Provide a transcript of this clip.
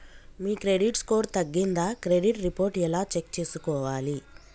మీ credit score తగ్గిందా credit report ఎలా check చేసుకోవాలి?